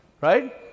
right